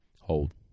Hold